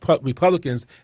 Republicans